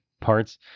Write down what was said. parts